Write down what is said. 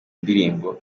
ndirimbo